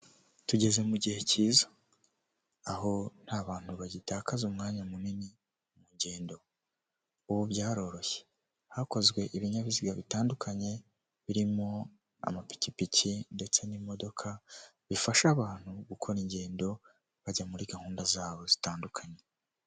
Tugeze mu gihe cyiza. Aho nta bantu bagitakaza umwanya munini, mu ngendo. Ubu byaroroshye, hakozwe ibinyabiziga bitandukanye, birimo amapikipiki ndetse n'imodoka bifasha abantu gukora ingendo, bajya muri gahunda zabo zitandukanye.